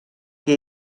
que